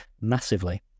massively